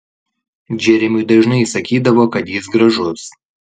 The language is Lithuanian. džeremiui dažnai sakydavo kad jis gražus